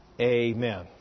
Amen